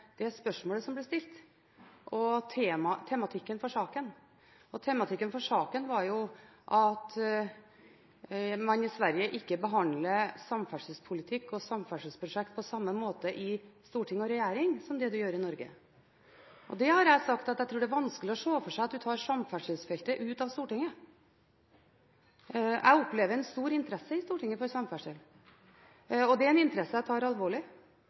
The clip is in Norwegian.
spørsmålet som ble stilt og tematikken for saken. Tematikken for saken var jo at man i Sverige ikke behandler samferdselspolitikk og samferdselsprosjekter på samme måte i nasjonalforsamling og regjering som det man gjør i Norge. Jeg har sagt at det er vanskelig å se for seg at man tar samferdselsfeltet ut av Stortinget. Jeg opplever en stor interesse for samferdsel i Stortinget. Det er en interesse jeg tar alvorlig.